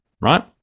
right